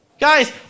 Guys